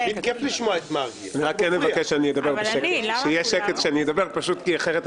נכנסתי ישר לאתר שלכם,